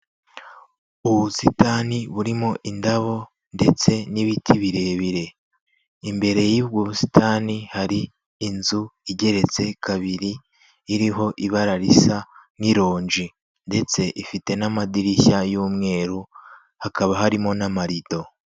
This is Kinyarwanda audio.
Ubusitani burimo indabo ndetse n'ibiti birebire, imbere y'ubu busitani hari inzu igeretse kabiri, iriho ibara risa n'ironji ndetse ifite n'amadirishya y'umweru, hakaba harimo n'amarido.